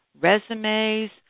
resumes